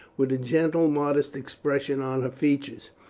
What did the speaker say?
with a gentle modest expression on her features.